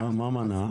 מה מנע?